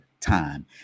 time